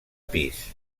pis